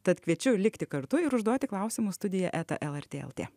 tad kviečiu likti kartu ir užduoti klausimus studija eta lrt lt